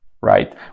right